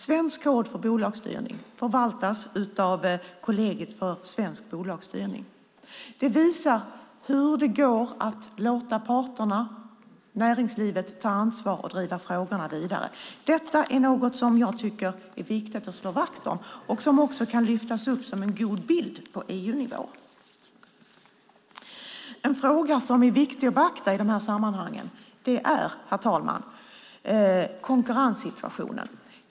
Svensk kod för bolagsstyrning förvaltas av Kollegiet för svensk bolagsstyrning. Det visar att det går att låta parterna, näringslivet, ta ansvar och driva frågorna vidare. Jag tycker att det är viktigt att slå vakt om det. Det kan också lyftas upp som en god bild på EU-nivå. Herr talman! En fråga som är viktig att beakta i de här sammanhangen är konkurrenssituationen.